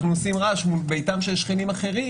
אנחנו עושים רעש מול ביתם של שכנים אחרים.